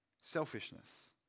selfishness